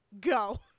go